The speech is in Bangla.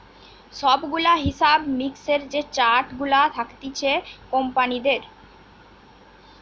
সব গুলা হিসাব মিক্সের যে চার্ট গুলা থাকতিছে কোম্পানিদের